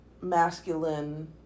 masculine